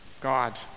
God